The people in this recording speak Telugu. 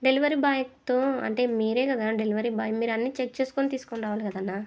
డెలివరీ బాయ్తో అంటే మీరే కదా డెలివరీ బాయ్ మీరు అన్ని చెక్ చేసుకుని తీసుకురావాలి కదా అన్నా